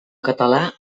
català